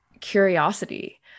curiosity